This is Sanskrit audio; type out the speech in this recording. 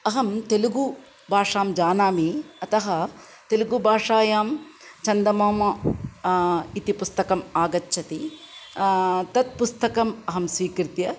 अहं तेलुगुभाषां जानामि अतः तेलुगुभाषायां चन्दमामा इति पुस्तकम् आगच्छति तत् पुस्तकम् अहं स्वीकृत्य